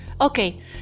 okay